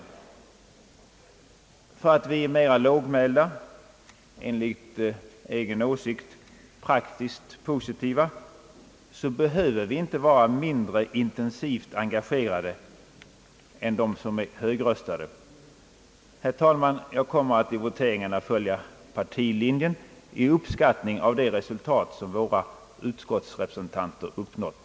Därför att vi är mera lågmälda, enligt egen åsikt praktiskt positiva, behöver vi inte vara mindre intensivt engagerade än de högröstade. Herr talman! Jag kommer att i voteringarna följa partilinjen i uppskattning av det resultat som våra utskottsrepresentanter uppnått.